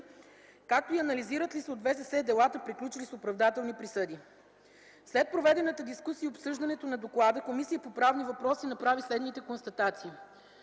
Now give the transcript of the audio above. както и анализират ли се от ВСС делата, приключили с оправдателни присъди. След проведената дискусия и обсъждането на доклада Комисията по правни въпроси направи следните констатации: